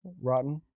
rotten